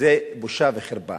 זאת בושה וחרפה